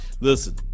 Listen